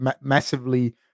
massively